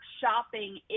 shopping